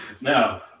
Now